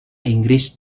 inggris